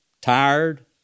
tired